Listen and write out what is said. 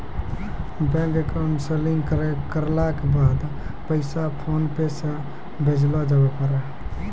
bank account से link करला के बाद पैसा फोनपे से भेजलो जावै पारै